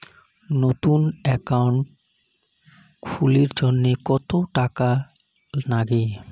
নতুন একাউন্ট খুলির জন্যে কত টাকা নাগে?